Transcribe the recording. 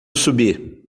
subir